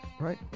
Right